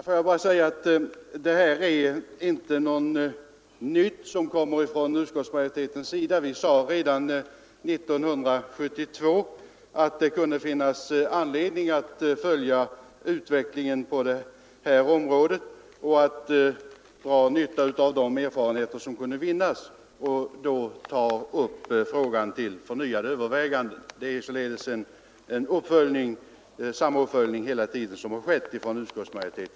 Herr talman! Jag vill bara framhålla att det som uttalas i utskottsmajoritetens skrivning inte är något nytt. Vi sade redan 1972 att det kunde finnas anledning att följa utvecklingen på detta område och att dra nytta av de erfarenheter som kunde vinnas och att frågan därefter borde tas upp till förnyat övervägande. Utskottsmajoritetens uttalande innebär alltså en uppföljning av vår tidigare deklarerade ståndpunkt.